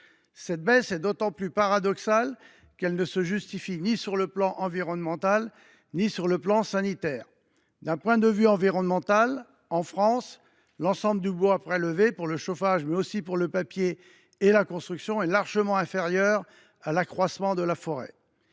Cette baisse est d’autant plus paradoxale qu’elle ne se justifie ni sur le plan environnemental ni sur le plan sanitaire. D’un point de vue environnemental, en France, l’ensemble du bois prélevé pour le chauffage, mais aussi pour le papier et la construction, est largement inférieur à l’accroissement de la forêt.